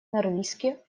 норильске